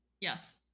Yes